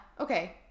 Okay